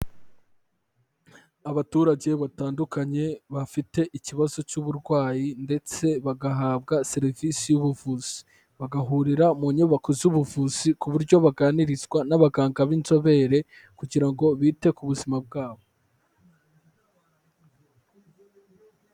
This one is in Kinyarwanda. Abaturage batandukanye bafite ikibazo cy'uburwayi ndetse bagahabwa serivisi y'ubuvuzi, bagahurira mu nyubako z'ubuvuzi ku buryo baganirizwa n'abaganga b'inzobere kugira ngo bite ku buzima bwabo.